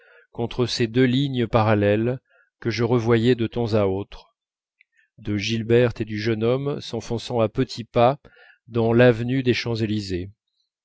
contre ces deux lignes parallèles que je revoyais de temps à autre de gilberte et du jeune homme s'enfonçant à petits pas dans l'avenue des champs-élysées